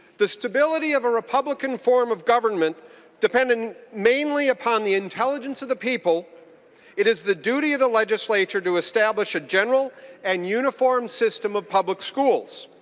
the stability of a republican form of government depended mainly on the intelligence of the people it is the duty of the legislature to establish a general and uniform system of public schools.